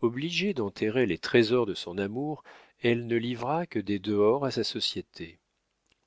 obligée d'enterrer les trésors de son amour elle ne livra que des dehors à sa société